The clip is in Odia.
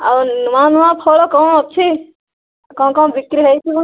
ଆଉ ନୂଆ ନୂଆ ଫଳ କ'ଣ ଅଛି କ'ଣ କ'ଣ ବିକ୍ରି ହେଇଛି